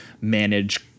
manage